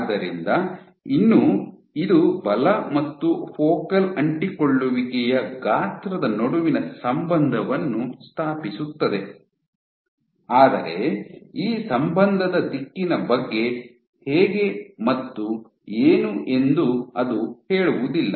ಆದ್ದರಿಂದ ಇನ್ನೂ ಇದು ಬಲ ಮತ್ತು ಫೋಕಲ್ ಅಂಟಿಕೊಳ್ಳುವಿಕೆಯ ಗಾತ್ರದ ನಡುವಿನ ಸಂಬಂಧವನ್ನು ಸ್ಥಾಪಿಸುತ್ತದೆ ಆದರೆ ಈ ಸಂಬಂಧದ ದಿಕ್ಕಿನ ಬಗ್ಗೆ ಹೇಗೆ ಮತ್ತು ಏನು ಎಂದು ಅದು ಹೇಳುವುದಿಲ್ಲ